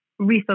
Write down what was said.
refocus